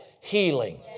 healing